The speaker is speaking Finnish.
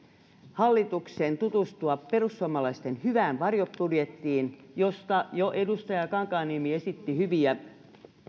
hallituksen tutustua perussuomalaisten hyvään varjobudjettiin josta jo edustaja kankaanniemi esitti hyviä